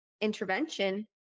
intervention